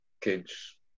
kids